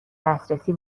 دسترسی